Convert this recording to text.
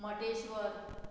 Mateshwar